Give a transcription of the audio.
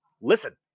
Listen